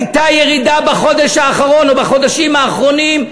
הייתה ירידה בחודש האחרון או בחודשים האחרונים: